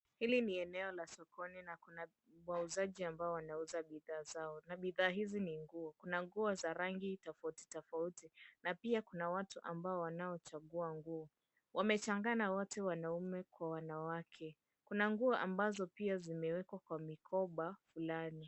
Hili ni eneo la sokoni na kuna wauzaji ambao wanauza bidhaa zao na bidhaa hizi ni nguo kuna nguo za rangi tofauti tofauti na pia kuna watu ambao wanaochagua nguo wamechanganya wote wanaume kwa wanawake. Kuna nguo ambazo pia zimewekwa kwa mikoba fulani.